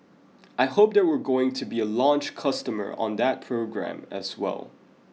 I hope that we're going to be a launch customer on that program as well